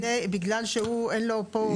בגלל שהוא אין לו פה מעמד.